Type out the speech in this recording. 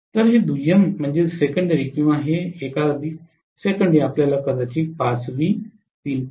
तर हे दुय्यम किंवा हे एकाधिक सेकंडरी आपल्याला कदाचित 5 व्ही 3